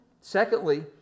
Secondly